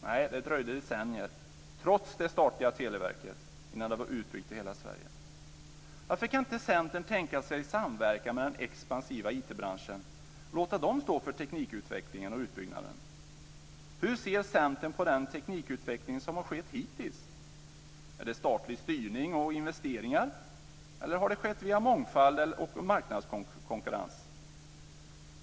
Nej, det dröjde decennier, trots det statliga Televerket, innan det var utbyggt i hela Sverige. Varför kan inte Centern tänka sig att samverka med den expansiva IT-branschen och låta den stå för teknikutvecklingen och utbyggnaden? Hur ser Centern på den teknikutveckling som har skett hittills? Har den skett via statlig styrning och investeringar, eller har den skett via mångfald och marknadskonkurrens?